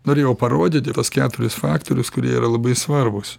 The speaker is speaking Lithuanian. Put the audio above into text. norėjau parodyti tuos keturis faktorius kurie yra labai svarbūs